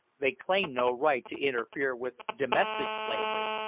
they claim no right to interfere with domestic slavery,